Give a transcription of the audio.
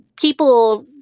people